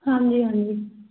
हाँ जी हाँ जी